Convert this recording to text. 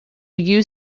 you